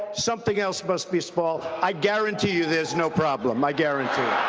something else must be small' i guarantee you, there's no problem. i guarantee